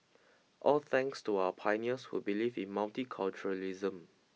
all thanks to our pioneers who believed in multiculturalism